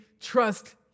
trust